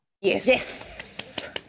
Yes